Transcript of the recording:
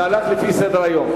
זה הלך לפי סדר-היום.